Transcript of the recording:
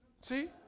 See